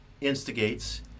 instigates